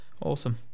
awesome